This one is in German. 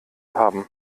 haben